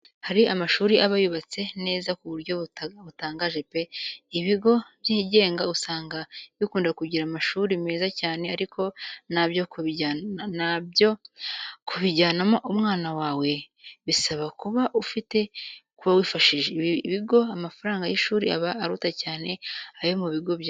Hari amashuri aba yubatse neza ku buryo butangaje pe! Ibigo byigenga usanga bikunda kugira amashuri meza cyane ariko na byo kubijyanamo umwana wawe wawe bisaba ko uba wifashije. Ibi bigo amafaranga y'ishuri aba aruta cyane ayo mu bigo bya leta.